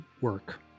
work